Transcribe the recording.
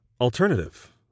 Alternative